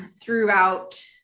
throughout